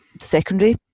secondary